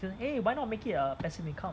and like !hey! why not make it a passive income